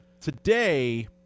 Today